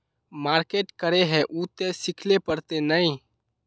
Market करे है उ ते सिखले पड़ते नय?